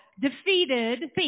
defeated